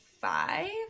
five